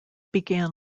began